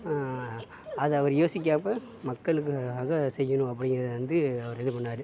அதை அவர் யோசிக்காமல் மக்களுக்காக செய்யணும் அப்படிங்கறதை வந்து அவர் இது பண்ணார்